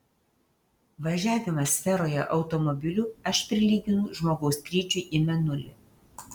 važiavimą sferoje automobiliu aš prilyginu žmogaus skrydžiui į mėnulį